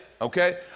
okay